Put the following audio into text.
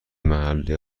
محل